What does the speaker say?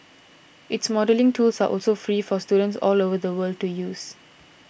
its modelling tools are also free for students all over the world to use